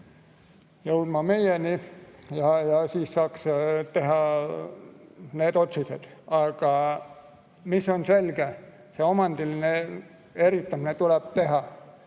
jõudma meieni. Siis saaks teha need otsused. Aga mis on selge? See, et omandiline eristamine tuleb teha